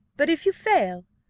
but if you fail,